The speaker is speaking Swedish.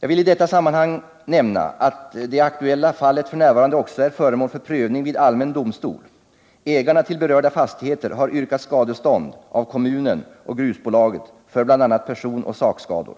Jag vill i detta sammanhang nämna att det aktuella fallet f. n. också är föremål för prövning vid allmän domstol. Ägarna till berörda fastigheter har yrkat skadestånd av kommunen och grusbolaget för bl.a. personoch sakskador.